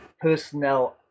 personnel